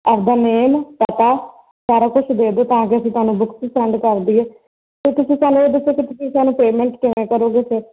ਆਪਦਾ ਮੇਨ ਪਤਾ ਸਾਰਾ ਕੁਛ ਭੇਜ ਦਿਉ ਤਾਂ ਕਿ ਅਸੀਂ ਤੁਹਾਨੂੰ ਬੁੱਕਸ ਸੈਂਡ ਕਰ ਦਈਏ ਅਤੇ ਤੁਸੀਂ ਪਹਿਲਾਂ ਇਹ ਦੱਸੋ ਤੁਸੀਂ ਸਾਨੂੰ ਪੇਮੈਂਟ ਕਿਵੇਂ ਕਰੋਗੇ ਫਿਰ